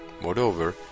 Moreover